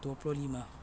dua puluh lima